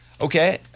Okay